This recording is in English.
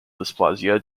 dysplasia